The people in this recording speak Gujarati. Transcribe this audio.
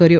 કર્યો